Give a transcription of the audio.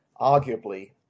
arguably